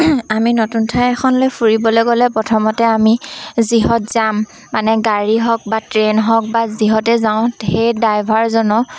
আমি নতুন ঠাই এখনলৈ ফুৰিবলৈ গ'লে প্ৰথমতে আমি যিহঁত যাম মানে গাড়ী হওক বা ট্ৰেইন হওক বা যিহঁতে যাওঁ সেই ড্ৰাইভাৰজনক